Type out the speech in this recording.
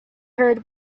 heard